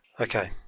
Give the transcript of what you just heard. Okay